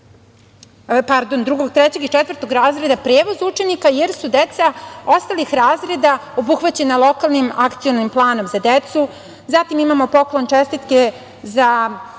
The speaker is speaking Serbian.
učenike drugog, trećeg i četvrtog razreda prevoz učenika, jer su deca ostalih razreda obuhvaćena lokalnim akcionim planom za decu. Zatim, imamo poklon čestitke za